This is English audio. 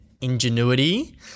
ingenuity